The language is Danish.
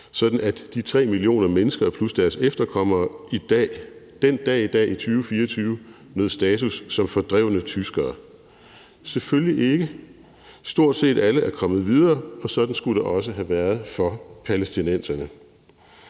sådan at de 3 millioner mennesker plus deres efterkommere den dag i dag i 2024 nød status som fordrevne tyskere? Selvfølgelig er der ikke det. Stort set alle er kommet videre, og sådan skulle det også have været for palæstinenserne.